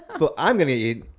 but i'm going to eat.